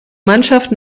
mannschaft